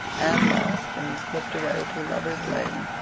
anne laughed and slipped away to lover's lane,